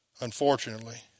unfortunately